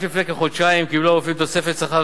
רק לפני כחודשיים קיבלו הרופאים תוספת שכר